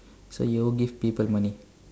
so you'll give people money